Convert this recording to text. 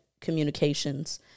communications